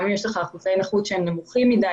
גם אם יש אחוז נכות נמוכים מדי.